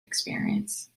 experience